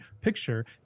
picture